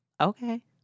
okay